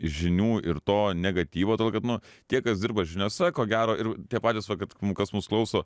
žinių ir to negatyvo todėl kad nu tie kas dirba žiniose ko gero ir tie patys vat kad kas mūs klauso